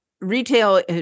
retail